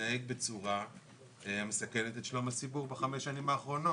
התנהג בצורה המסכנת את שלום הציבור בחמש השנים האחרונות.